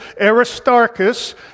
Aristarchus